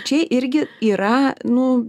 čia irgi yra nu